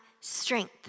strength